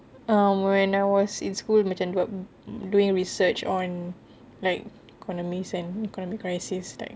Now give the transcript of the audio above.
um when I was in school macam doing research on like economists and economic crisis